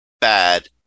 bad